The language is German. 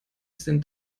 sind